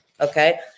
Okay